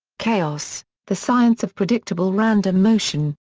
chaos the science of predictable random motion.